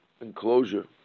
enclosure